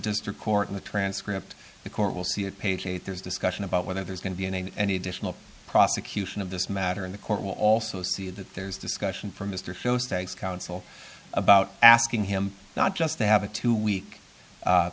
district court in the transcript the court will see at page eight there's discussion about whether there's going to be in any additional prosecution of this matter in the court will also see that there's discussion from mr show state's counsel about asking him not just to have a two week